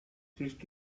questo